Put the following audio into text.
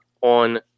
on